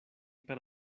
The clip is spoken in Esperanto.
per